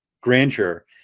grandeur